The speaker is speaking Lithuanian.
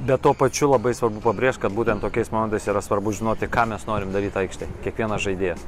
bet tuo pačiu labai svarbu pabrėžt kad būtent tokiais momentais yra svarbu žinoti ką mes norim daryt aikštėj kiekvienas žaidėjas